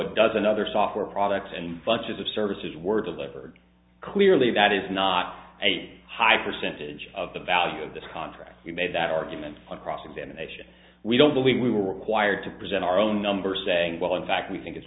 it doesn't other software products and bunches of services were delivered clearly that is not a high percentage of the value of the contract you made that argument a cross examination we don't believe we were required to present our own number saying well in fact we think it's